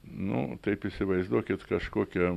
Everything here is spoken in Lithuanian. nu taip įsivaizduokit kažkokia